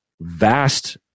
vast